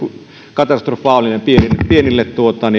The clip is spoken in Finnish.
katastrofaalinen pienille